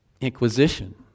Inquisition